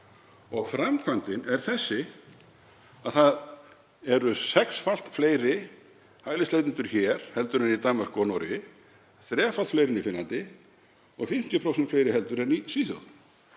og framkvæmdin er þessi: Það eru sexfalt fleiri hælisleitendur hér heldur en í Danmörku og Noregi, þrefalt fleiri en í Finnlandi og 50% fleiri en í Svíþjóð.